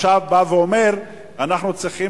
ועכשיו הוא בא ואומר: אנחנו צריכים